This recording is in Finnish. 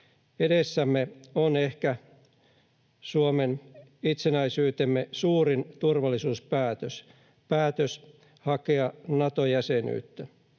Edessämme on ehkä itsenäisyytemme ajan suurin turvallisuuspäätös, päätös hakea Nato-jäsenyyttä.